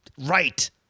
Right